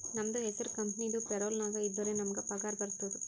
ನಮ್ದು ಹೆಸುರ್ ಕಂಪೆನಿದು ಪೇರೋಲ್ ನಾಗ್ ಇದ್ದುರೆ ನಮುಗ್ ಪಗಾರ ಬರ್ತುದ್